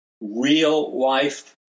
real-life